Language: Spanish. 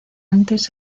antes